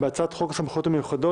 10.11.2020,